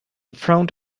front